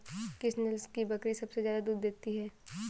किस नस्ल की बकरी सबसे ज्यादा दूध देती है?